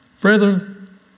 Brethren